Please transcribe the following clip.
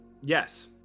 yes